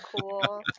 cool